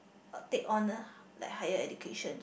but take on lah like higher education